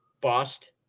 Bust